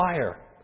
fire